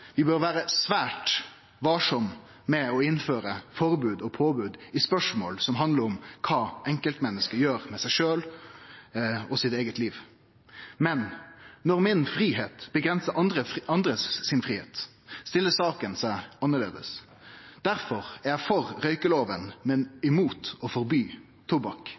vi bør vere svært varsame med å innføre forbod og påbod i spørsmål som handlar om kva enkeltmennesket gjer med seg sjølv og sitt eige liv. Men når min fridom set grensar for andre sin fridom, stiller saka seg annleis. Difor er eg for røykeloven, men imot å forby tobakk.